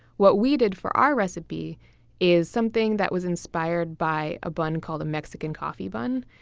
what we did for our recipe is something that was inspired by a bun called a mexican coffee bun,